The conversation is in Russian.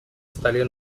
стали